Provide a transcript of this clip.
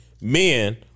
men